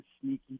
sneaky